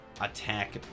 attack